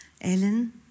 Ellen